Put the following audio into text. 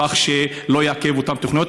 כך שלא יעכב את אותן תוכניות?